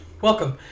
Welcome